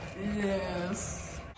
Yes